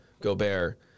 Gobert